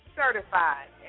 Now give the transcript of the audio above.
certified